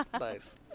Nice